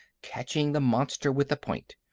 catching the monster with the point.